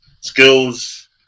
skills